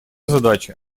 задача